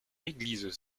l’église